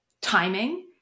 timing